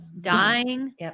dying